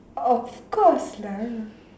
of course lah